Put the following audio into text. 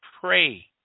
Pray